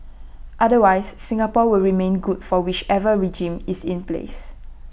otherwise Singapore will remain good for whichever regime is in place